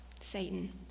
Satan